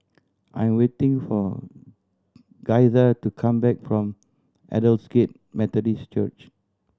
I am waiting for Gaither to come back from Aldersgate Methodist Church